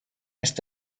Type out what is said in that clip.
ist